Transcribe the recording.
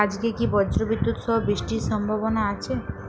আজকে কি ব্রর্জবিদুৎ সহ বৃষ্টির সম্ভাবনা আছে?